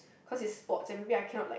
cause is sports and maybe I cannot like